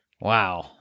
Wow